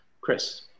Chris